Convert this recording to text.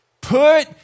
Put